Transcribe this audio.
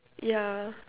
yeah